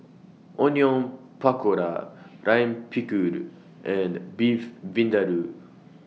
Onion Pakora Lime Pickle and Beef Vindaloo